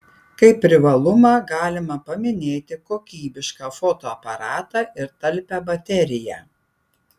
kaip privalumą galima paminėti kokybišką fotoaparatą ir talpią bateriją